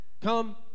Come